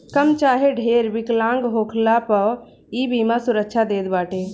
कम चाहे ढेर विकलांग होखला पअ इ बीमा सुरक्षा देत बाटे